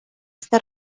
esta